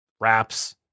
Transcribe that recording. wraps